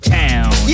town